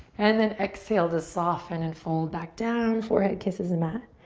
and then exhale to soften and fold back down, forehead kisses the mat.